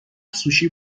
سوشی